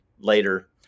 later